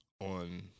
on